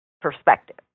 perspective